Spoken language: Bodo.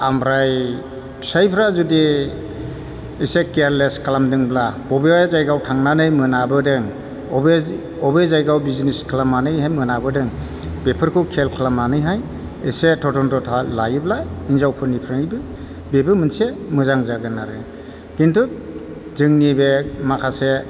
ओमफ्राय फिसायफोरा जुदि एसे केयारलेस खालामदोंब्ला बबेबा जायगायाव थांनानै मोनाबोदों बबे जायगायाव बिजिनेस खालामनानै मोनाबोदों बेफोरखौ खेयाल खालामनानैहाय एसे तदन्ट' लायोब्ला हिनजावफोरनिफ्रायबो बेबो मोनसे मोजां जागोन आरो किन्तु जोंनि बे माखासे